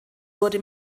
wurde